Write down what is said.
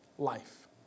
life